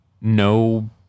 no